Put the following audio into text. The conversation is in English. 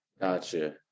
gotcha